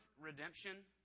redemption